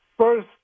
First